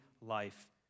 life